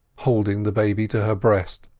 holding the baby to her breast,